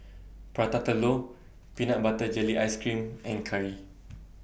Prata Telur Peanut Butter Jelly Ice Cream and Curry